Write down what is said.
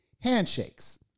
Handshakes